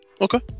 Okay